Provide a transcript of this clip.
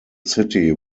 city